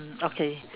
mm okay